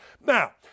Now